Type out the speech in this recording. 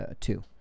two